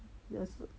也是